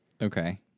Okay